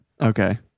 Okay